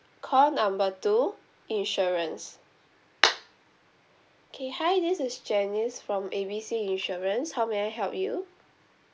call number two insurance okay hi this is janice from A B C insurance how may I help you